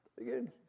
again